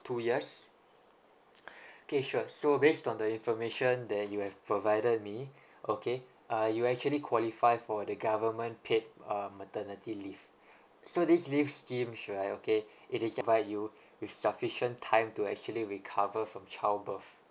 two years K sure so based on the information that you have provided me okay uh you actually qualify for the government paid uh maternity leave so this leave schemes right okay it is provide you with sufficient time to actually recover from childbirth